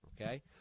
okay